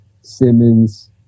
Simmons